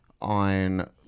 On